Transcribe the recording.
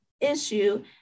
issue